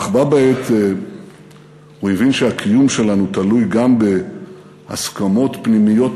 אך בה בעת הוא הבין שהקיום שלנו תלוי גם בהסכמות פנימיות,